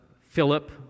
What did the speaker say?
Philip